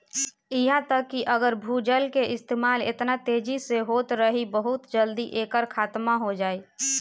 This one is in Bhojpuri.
इहा तक कि अगर भूजल के इस्तेमाल एतना तेजी से होत रही बहुत जल्दी एकर खात्मा हो जाई